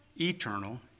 eternal